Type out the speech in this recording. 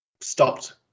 stopped